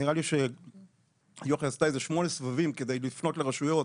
נראה לי שיוכי עשתה איזה שמונה סבבים כדי לפנות לרשויות,